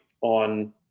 on